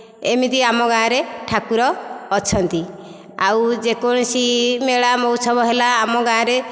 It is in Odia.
ଏମିତି ଆମ ଗାଁରେ ଠାକୁର ଅଛନ୍ତି ଆଉ ଯେକୌଣସି ମେଳା ମହୋତ୍ସବ ହେଲା ଆମ ଗାଁରେ